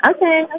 Okay